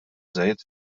żejt